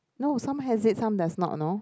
no some has it some does not you know